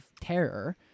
terror